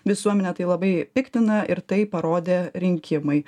visuomenę tai labai piktina ir tai parodė rinkimai